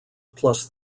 plus